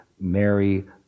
Mary